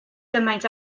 cymaint